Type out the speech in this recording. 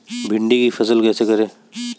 भिंडी की फसल कैसे करें?